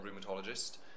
rheumatologist